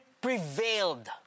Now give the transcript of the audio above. prevailed